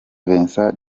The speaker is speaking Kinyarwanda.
vincent